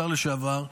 השר לשעבר,